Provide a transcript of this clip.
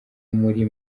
muri